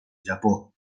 japó